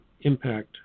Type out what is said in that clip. impact